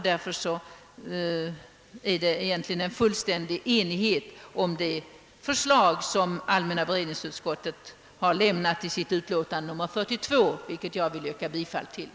Därför föreligger det egentligen fullständig enighet om det som allmänna beredningsutskottet föreslår i sitt utlåtande nr 42, vars hemställan jag vill yrka bifall till.